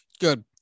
Good